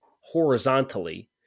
horizontally